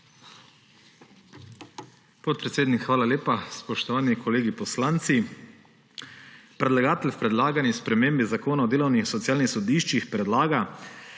Podpredsednik, hvala lepa. Spoštovani kolegi poslanci! Predlagatelj v predlagani spremembi Zakona o delovnih in socialnih sodiščih predlaga,